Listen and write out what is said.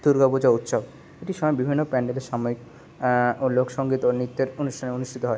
দুর্গা পূজা উৎসব এটির সঙ্গে বিভিন্ন প্যান্ডেলের সাময়িক ও লোকসঙ্গীত ও নৃত্যের অনুষ্ঠান অনুষ্ঠিত হয়